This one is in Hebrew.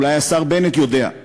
אולי השר בנט יודע,